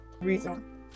Reason